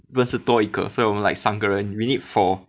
认识多一个所以我们 like 三个人 we need four